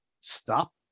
stop